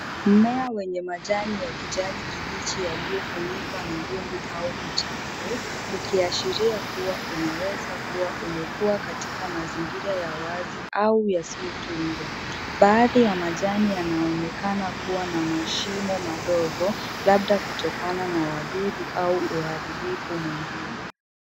Mmea wenye majani ya kijani kibichi yaliyofunikwa na vumbi au uchafu, ukiashiria kuwa unaweza kuwa umekuwa katika mazingira ya wazi au yasiyotunzwa. Baadhi ya majani yanaonekana kuwa na mashimo madogo, labda kutokana na wadudu au uharibifu mwingine.